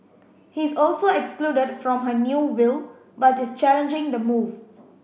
he's also excluded from her new will but is challenging the move